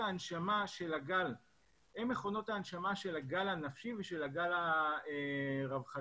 ההנשמה של הגל הנפשי והגל הרווחתי.